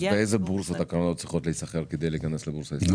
באיזה בורסות הקרנות צריכות להיסחר כדי להיכנס לבורסה הישראלית?